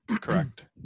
correct